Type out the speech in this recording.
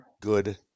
good